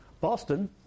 Boston